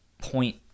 point